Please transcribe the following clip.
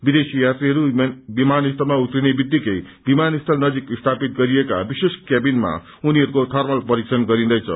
विदेशी यात्रीहरू विमानस्थलमा उत्रिने बित्तिकै विमानस्थल नजिक स्थापित गरिएको विशेष कयाबिनमा उनीहरूको थर्मल परीक्षण गरिन्दैछ